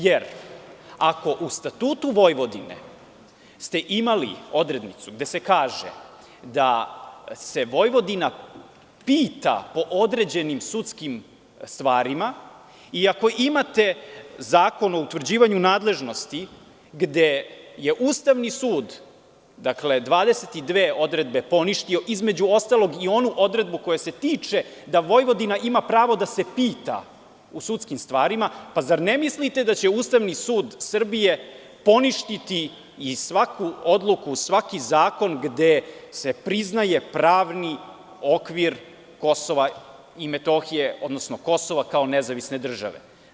Jer, ako u Statutu Vojvodine ste imali odrednicu gde se kaže da se Vojvodina pita po određenim sudskim stvarima i ako imate Zakon o utvrđivanju nadležnosti gde je Ustavni sud, dakle 22 odredbe poništio, između ostalog i onu odredbu koja se tiče da Vojvodina ima pravo da se pita u sudskim stvarima, zar ne mislite da će Ustavni sud Srbije poništiti i svaku odluku, svaki zakon gde se priznaje pravni okvir KiM, odnosno Kosova kao nezavisne države?